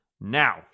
Now